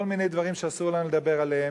כל מיני דברים שאסור לנו לדבר עליהם.